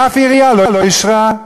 אף עירייה לא אישרה.